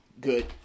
Good